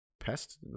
Pest